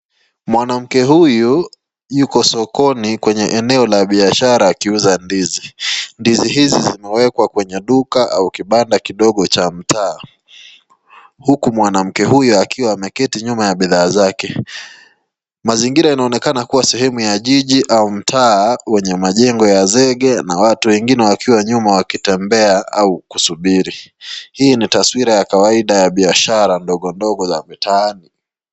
Mwanamke huyu yuko sokoni kwenye eneo la biashara akiuza ndizi. Ndizi hizi zimewekwa kwenye duka au kibanda kindogo cha mtaa huku mwanamke huyu akiwa ameketi nyuma ya bidhaa zake. Mazingira yanaoneka kuwa sehemu ya jiji au mta wenye majengo ya zenye na watu wengine wakiwa nyuma wakitembea au kusubiri. Hii ni taswila ya kawaida ya biashara ndogo ndogo za mtaani.